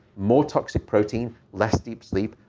more toxic protein, less deep sleep,